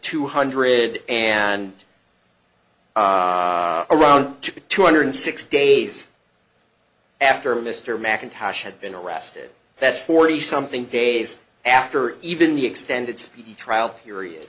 two hundred and around two hundred six days after mr mackintosh had been arrested that's forty something days after even the extend its trial period